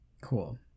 cool